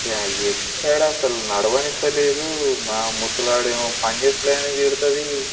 ఎక్కాడా అసలు నడవనియట్లేదు మా ముసలావిడేమో పని చెయ్యట్లేదు అని తిడుతుంది